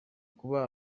kuba